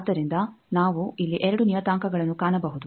ಆದ್ದರಿಂದ ನಾವು ಇಲ್ಲಿ 2 ನಿಯತಾಂಕಗಳನ್ನು ಕಾಣಬಹುದು